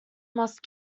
must